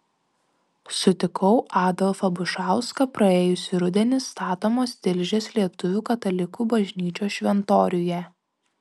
sutikau adolfą bušauską praėjusį rudenį statomos tilžės lietuvių katalikų bažnyčios šventoriuje